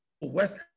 West